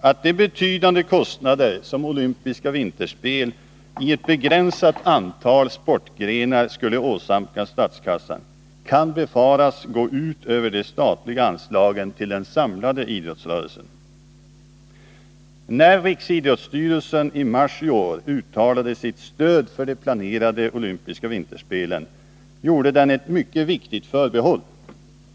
att de betydande kostnader som olympiska vinterspel i ett begränsat antal sportgrenar skulle åsamka statskassan kan befaras gå ut över de statliga anslagen till den samlade idrottsrörelsen. När riksidrottsstyrelsen i mars i år uttalade sitt stöd för de planerade olympiska vinterspelen gjorde man ett mycket viktigt förbehåll.